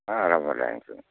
ஆ அதெலாம் போடலாங்க சார்